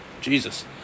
Jesus